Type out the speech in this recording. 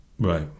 Right